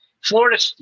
Florida